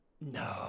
No